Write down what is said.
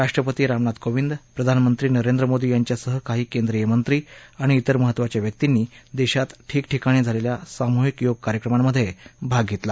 राष्ट्रपती रामनाथ कोविंद प्रधानमंत्री नरेंद्र मोदी यांच्यासह काही केंद्रीय मंत्री आणि तिर महत्त्वाच्या व्यक्तींनी देशात ठिकठिकाणी झालेल्या सामूहिक योग कार्यक्रमांमध्ये भाग घेतला